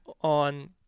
on